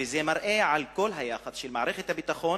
וזה מראה על כל היחס של מערכת הביטחון